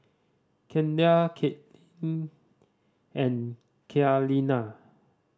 Kendal Katelyn and Kaleena